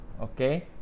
okay